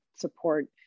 support